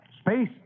Space